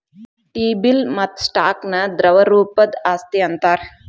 T bill ಮತ್ತ stock ನ ದ್ರವ ರೂಪದ್ ಆಸ್ತಿ ಅಂತಾರ್